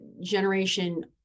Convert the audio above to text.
generation